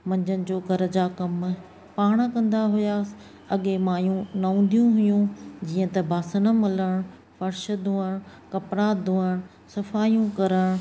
मंझंदि जो घर जा कमु पाणि कंदा हुआसि अॻे माइयूं न हूंदियूं हुयूं जीअं त बासणु मलणु फ़र्श धोअणु कपिड़ा धोअणु सफ़ायूं करणु